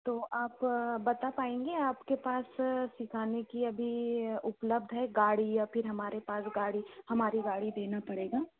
तो आप बता पाएंगे आप के पास सिखाने की अभी उपलब्ध है गाड़ी या फिर हमारे पास गाड़ी हमारी गाड़ी देना पड़ेगा